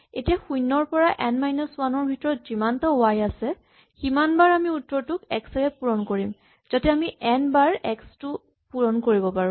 এতিয়া শূণ্যৰ পৰা এন মাইনাচ ৱান ৰ ভিতৰত যিমানটা ৱাই আছে সিমানবাৰ আমি উত্তৰটোক এক্স ৰে পূৰণ কৰিম যাতে আমি এন বাৰ এক্স টো পূৰণ কৰিব পাৰো